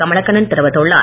கமலக்கண்ணன் தெரிவித்துள்ளார்